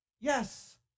yes